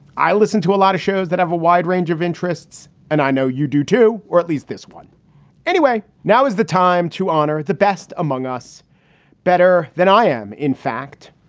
i listened to a lot of shows that have a wide range of interests, and i know you do, too, or at least this one anyway. now is the time to honor the best among us better than i am, in fact.